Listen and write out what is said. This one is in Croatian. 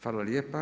Hvala lijepa.